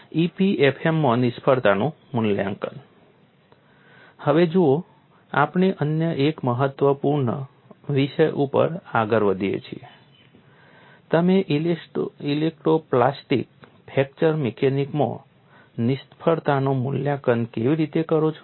EPFM માં નિષ્ફળતાનું મૂલ્યાંકન હવે જુઓ આપણે અન્ય એક મહત્વપૂર્ણ વિષય ઉપર આગળ વધીએ છીએ તમે ઇલાસ્ટો પ્લાસ્ટિક ફ્રેક્ચર મિકેનિક્સમાં નિષ્ફળતાનું મૂલ્યાંકન કેવી રીતે કરો છો